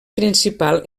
principal